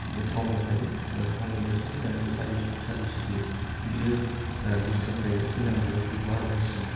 बे टावनाव थायो टावनि फ्रायसो फैनानै बे बिसोर सारबिस होफैयो बियो दसथानिफ्राय फैनांगौआव बे बार'थासिमाव